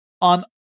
on